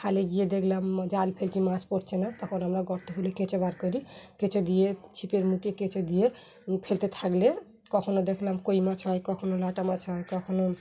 খালে গিয়ে দেখলাম জাল ফেলছি মাছ পড়ছে না তখন আমরা গর্ত হুললে কেঁচো বার করি কেঁচো দিয়ে ছিপের মুখে কেঁচো দিয়ে ফেলতে থাকলে কখনও দেখলাম কই মাছ হয় কখনও লাটা মাছ হয় কখনও